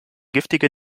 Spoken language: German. giftige